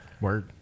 Word